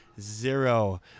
zero